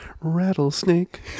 rattlesnake